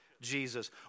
Jesus